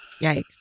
Yikes